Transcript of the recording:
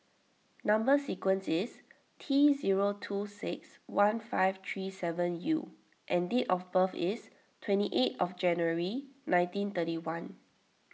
Number Sequence is T zero two six one five three seven U and date of birth is twenty eight of January nineteen thirty one